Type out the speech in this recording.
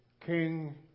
king